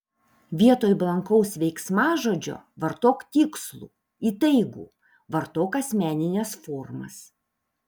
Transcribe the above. vietoj blankaus veiksmažodžio vartok tikslų įtaigų vartok asmenines formas